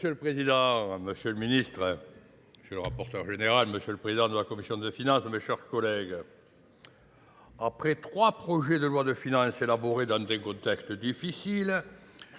M. le Président, M. le Ministre, M. le Rapporteur général, M. le Président de la Commission de Finances, mes chers collègues, après trois projets de loi de finances élaborés dans des contextes difficiles,